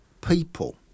people